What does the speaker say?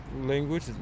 language